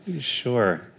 Sure